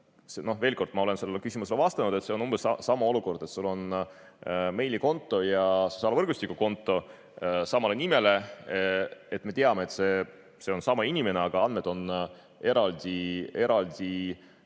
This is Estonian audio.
Veel kord, ma olen sellele küsimusele vastanud. See on umbes sama olukord, et sul on meilikonto ja sotsiaalvõrgustikukonto samale nimele. Me teame, et see on sama inimene, aga andmed on eraldi